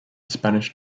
spanish